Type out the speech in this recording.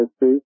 history